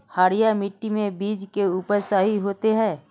हरिया मिट्टी में बीज के उपज सही होते है?